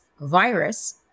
virus